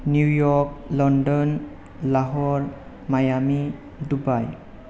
New York London Lahore Miami Dubai